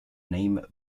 name